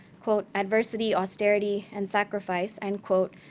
quote, adversity, austerity, and sacrifice, end quote,